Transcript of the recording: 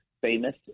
famous